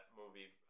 movie